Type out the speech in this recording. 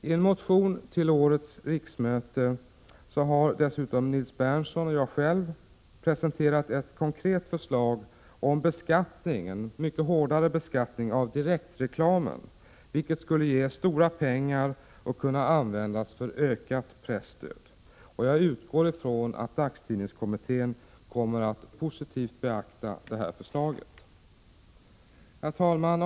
I en motion till årets riksmöte har dessutom Nils Berndtson och jag själv presenterat ett konkret förslag om en mycket hårdare beskattning av direktreklamen, som skulle ge stora pengar och kunna användas för en ökning av presstödet. Jag utgår ifrån att dagstidningskommittén kommer att positivt beakta det här förslaget. Herr talman!